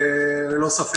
לא רק